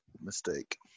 mistake